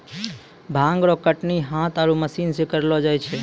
भांग रो कटनी हाथ आरु मशीन से करलो जाय छै